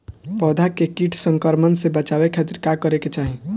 पौधा के कीट संक्रमण से बचावे खातिर का करे के चाहीं?